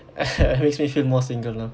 makes me feel more single now